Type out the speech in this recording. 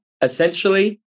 essentially